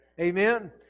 Amen